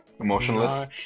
Emotionless